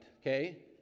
okay